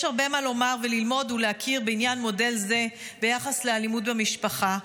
יש הרבה מה לומר וללמוד ולהכיר בעניין מודל זה ביחס לאלימות במשפחה,